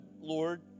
Lord